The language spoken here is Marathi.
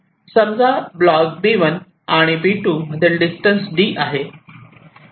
समजा ब्लॉक B1 आणि B2 मधील डिस्टन्स 'd' आहे